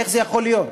איך זה יכול להיות?